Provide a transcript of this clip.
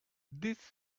this